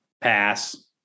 Pass